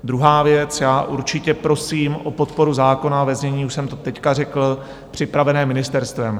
Druhá věc já určitě prosím o podporu zákona ve znění, už jsem to teď řekl, připraveném ministerstvem.